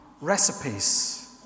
recipes